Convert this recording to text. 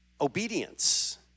Obedience